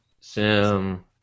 Sim